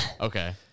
Okay